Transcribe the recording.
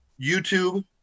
YouTube